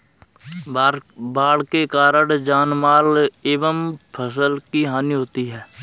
बाढ़ के कारण जानमाल एवं फसल की हानि होती है